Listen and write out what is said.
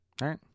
right